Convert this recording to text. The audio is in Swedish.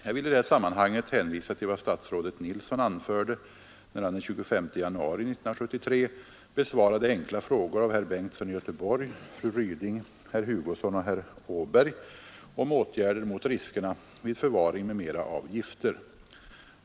Jag vill i detta sammanhang hänvisa till vad statsrådet Nilsson anförde när han den 25 januari 1973 besvarade enkla frågor av herr Bengtsson i 59 Göteborg, fru Ryding, herr Hugosson och herr Åberg om åtgärder mot riskerna vid förvaring m.m. av gifter.